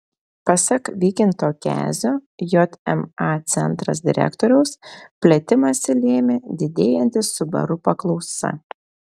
pasak vykinto kezio jma centras direktoriaus plėtimąsi lėmė didėjanti subaru paklausa